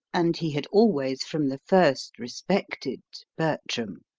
and he had always from the first respected, bertram.